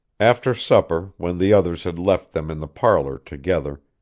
after supper, when the others had left them in the parlor together,